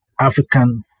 african